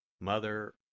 Mother